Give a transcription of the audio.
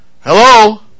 Hello